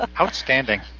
Outstanding